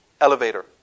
elevator